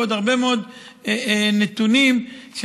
ועוד הרבה מאוד כלים שהצבא